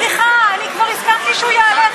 סליחה, אני כבר הסכמתי שהוא יעלה.